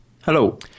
Hello